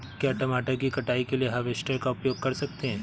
क्या मटर की कटाई के लिए हार्वेस्टर का उपयोग कर सकते हैं?